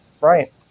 right